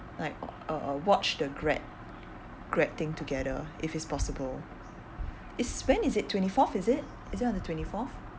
like uh uh watch the grad grad thing together if it's possible it's when is it twenty fourth is it is it on the twenty fourth